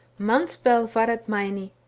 mann spell var at mcini,